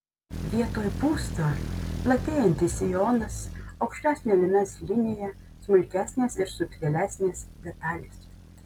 vietoj pūsto platėjantis sijonas aukštesnė liemens linija smulkesnės ir subtilesnės detalės